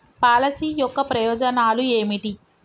Policy యొక్క ప్రయోజనాలు ఏమిటి?